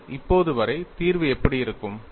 பாருங்கள் இப்போது வரை தீர்வு எப்படி இருக்கும்